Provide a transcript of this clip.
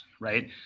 right